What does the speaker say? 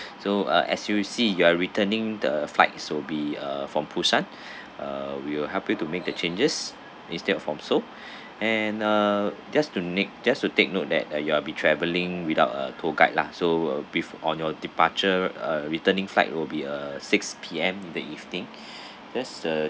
so uh as you see your returning the flights will be uh from busan uh we will help you to make the changes instead of from seoul and uh just to nick just to take note that ah you will be traveling without a tour guide lah so bef~ on your departure uh returning flight will be a six P_M in the evening that's a